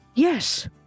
Yes